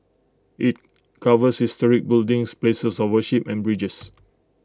IT covers historic buildings places of worship and bridges